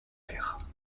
père